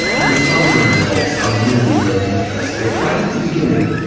and some of the results are really very interesting. it's right at the beginning.